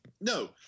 No